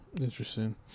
Interesting